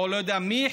או לא יודע מי,